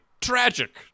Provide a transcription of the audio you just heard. tragic